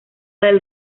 del